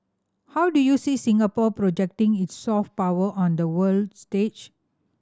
how do you see Singapore projecting its soft power on the world stage